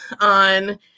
on